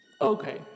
Okay